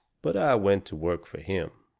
but i went to work for him.